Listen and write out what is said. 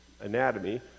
anatomy